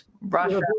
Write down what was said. Russia